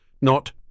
Not